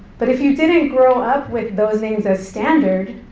but if you didn't grow up with those names as standard,